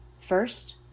First